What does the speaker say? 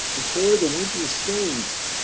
before the winter snooze.